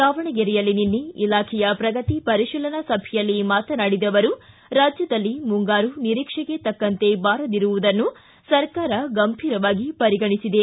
ದಾವಣಗೆರೆಯಲ್ಲಿ ನಿನ್ನೆ ಇಲಾಖೆಯ ಪ್ರಗತಿ ಪರಿಶೀಲನಾ ಸಭೆಯಲ್ಲಿ ಮಾತನಾಡಿದ ಅವರು ರಾಜ್ಯದಲ್ಲಿ ಮುಂಗಾರು ನಿರೀಕ್ಷೆಗೆ ತಕ್ಕಂತೆ ಬಾರದಿರುವುದನ್ನು ಸರ್ಕಾರ ಗಂಭೀರವಾಗಿ ಪರಿಗಣಿಸಿದೆ